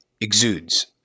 exudes